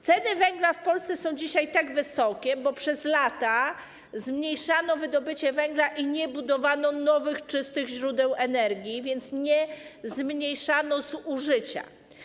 Ceny węgla w Polsce są dzisiaj tak wysokie, bo przez lata zmniejszano wydobycie węgla i nie budowano nowych, czystych źródeł energii, więc nie zmniejszano zużycia.